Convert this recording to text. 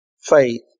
faith